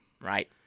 right